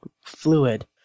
fluid